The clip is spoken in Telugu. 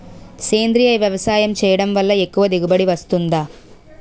సేంద్రీయ వ్యవసాయం చేయడం వల్ల ఎక్కువ దిగుబడి వస్తుందా?